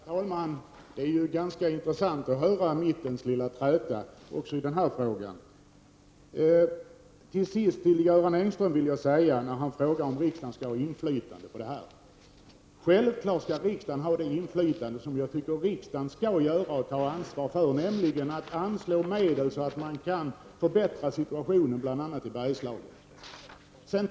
Herr talman! Det är ju ganska intressant att höra mittens lilla träta också i den här frågan. Till sist vill jag säga till Göran Engström apropå hans uttalande om att riksdagen skall ha inflytande: Självfallet skall riksdagen ha det inflytande som ligger i att riksdagen skall ta ansvar för att anslå medel, så att man kan förbättra situationen i bl.a. Bergslagen.